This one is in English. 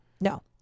No